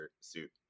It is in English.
suit